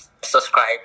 subscribe